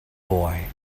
boy